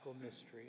mystery